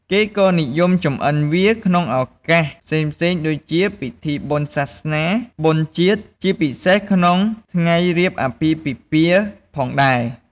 គេក៏និយមចម្អិនវាក្នុងឱកាសផ្សេងៗ ដូចជាពិធីបុណ្យសាសនា បុណ្យជាតិ ជាពិសេសក្នុងថ្ងៃរៀបអាពាហ៍ពិពាហ៍ផងដែរ។